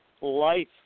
life